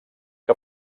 que